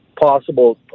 possible